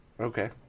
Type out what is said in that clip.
Okay